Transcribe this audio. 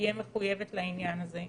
תהיה מחויבת לעניין הזה.